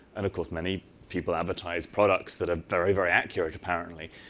and of course many people advertise products that are very, very accurate, apparently.